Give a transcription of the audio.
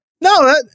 No